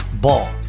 Ball